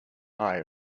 eye